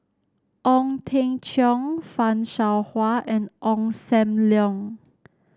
Ong Teng Cheong Fan Shao Hua and Ong Sam Leong